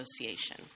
Association